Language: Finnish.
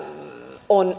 on